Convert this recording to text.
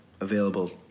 available